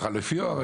החלופי או הרגיל?